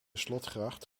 slotgracht